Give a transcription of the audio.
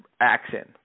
action